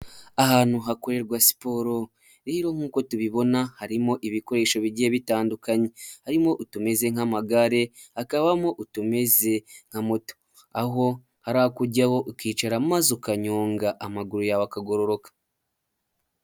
Ahantu hakorerwa siporo rero nk'uko tubibona harimo ibikoresho bigiye bitandukanye, harimo utumeze nk'amagare hakabamo utumeze nka moto, aho hari ako ujyaho ukicara maze ukanyonga amaguru yaweakagororoka.